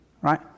right